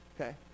Okay